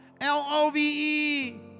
L-O-V-E